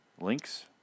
Links